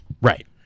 Right